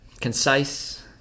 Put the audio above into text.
concise